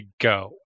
go